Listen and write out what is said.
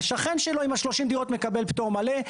השכן שלו עם שלושים דירות מקבל פטור מלא,